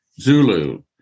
Zulu